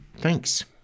Thanks